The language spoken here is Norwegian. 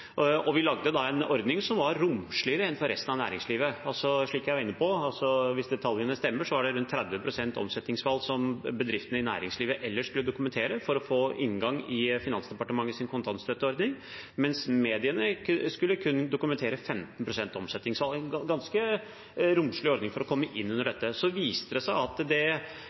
lagde da en ordning som var romsligere enn for resten av næringslivet. Slik jeg var inne på, hvis detaljene stemmer, var det rundt 30 pst. omsetningsfall bedriftene i næringslivet ellers skulle dokumentere for å få innpass i Finansdepartementets kontantstøtteordning, mens mediene kun skulle dokumentere 15 pst. omsetning, så det var en ganske romslig ordning for å komme inn under dette. Så viste det seg at hvis man ser på total omsetningssvikt, var det,